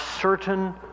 certain